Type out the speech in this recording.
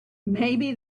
maybe